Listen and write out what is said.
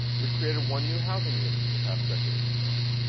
we've created one new housing unit in the past decade. wow.